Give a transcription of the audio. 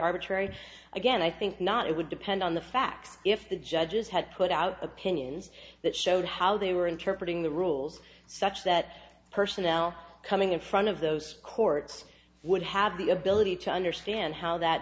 arbitrary again i think not it would depend on the fact if the judges had put out opinions that showed how they were interpreted in the rules such that personnel coming in front of those courts would have the ability to understand how that